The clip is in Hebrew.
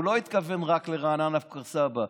הוא לא התכוון רק לרעננה-כפר סבא,